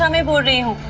um everybody